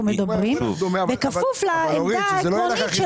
מדברים עליה בכפוף לעמדה העקרונית שלכם.